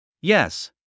Yes